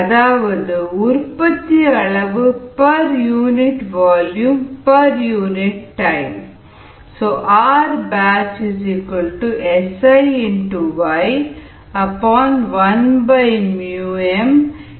அதாவது உற்பத்தி அளவு per unit volume per unit டைமில்